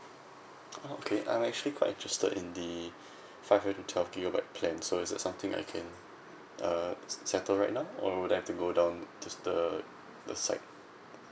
oh okay I'm actually quite interested in the five hundred and twelve gigabyte plan so is that something I can uh se~ settle right now or would I have to go down the the site